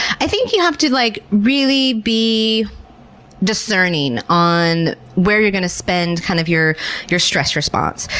i think you have to like really be discerning on where you're going to spend kind of your your stress response.